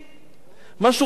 משהו חסר משמעות,